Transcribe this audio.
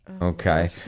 Okay